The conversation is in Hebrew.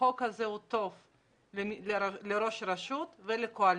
החוק הזה הוא טוב לראש רשות ולקואליציה,